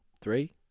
three